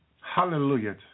Hallelujah